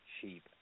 Sheep